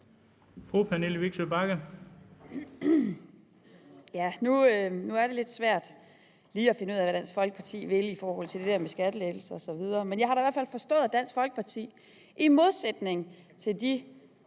Pernille Vigsø Bagge (SF): Nu er det lidt svært lige at finde ud af, hvad Dansk Folkeparti vil i forhold til det der med skattelettelser osv., men jeg har da i hvert fald forstået, at Dansk Folkeparti i modsætning til de